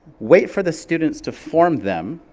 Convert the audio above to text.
wait for the students to form them,